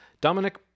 Dominic